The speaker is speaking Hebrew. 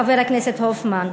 חבר הכנסת הופמן.